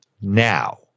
Now